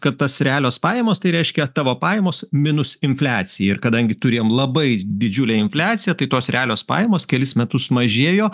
kad tas realios pajamos tai reiškia tavo pajamos minus infliacija ir kadangi turėjom labai didžiulę infliaciją tai tos realios pajamos kelis metus mažėjo